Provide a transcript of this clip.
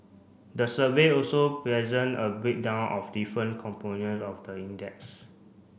the survey also present a breakdown of different component of the index